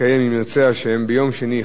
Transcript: כ"ט באייר התשע"ב,